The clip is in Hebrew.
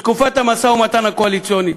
מתקופת המשא-ומתן הקואליציוני,